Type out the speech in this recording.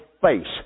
face